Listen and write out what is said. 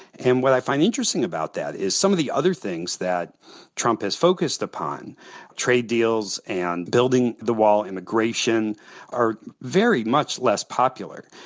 and what i find interesting about that is some of the other things that trump has focused upon trade deals, and building the wall and immigration are very much less popular.